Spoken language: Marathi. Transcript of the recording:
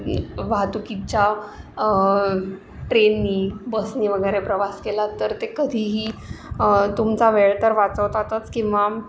वाहतुकीच्या ट्रेननी बसनी वगरे प्रवास केला तर ते कधीही तुमचा वेळ तर वाचवतातच किंवा